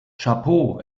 chapeau